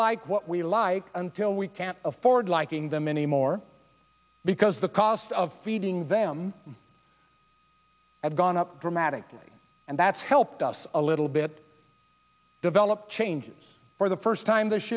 like what we like until we can't afford liking them anymore because the cost of feeding them has gone up dramatically and that's helped us a little bit developed changes for the first time this